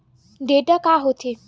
Data का होथे?